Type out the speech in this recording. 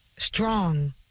Strong